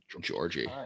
Georgie